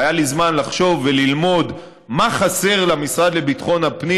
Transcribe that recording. והיה לי זמן לחשוב וללמוד מה חסר למשרד לביטחון הפנים